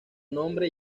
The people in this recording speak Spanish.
nombre